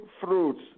fruits